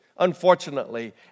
unfortunately